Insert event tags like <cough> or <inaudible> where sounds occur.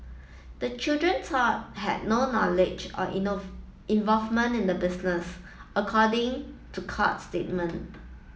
the children though had no knowledge or <unintelligible> involvement in the business according to court statement